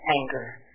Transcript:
anger